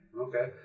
Okay